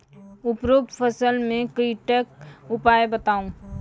उपरोक्त फसल मे कीटक उपाय बताऊ?